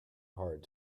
hard